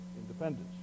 independence